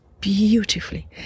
beautifully